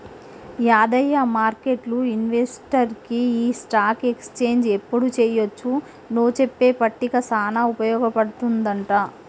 యాదయ్య మార్కెట్లు ఇన్వెస్టర్కి ఈ స్టాక్ ఎక్స్చేంజ్ ఎప్పుడు చెయ్యొచ్చు నో చెప్పే పట్టిక సానా ఉపయోగ పడుతుందంట